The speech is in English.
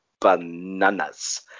bananas